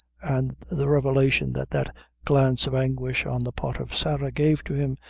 and the revelation that that glance of anguish, on the part of sarah, gave to him,